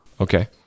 Okay